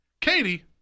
Katie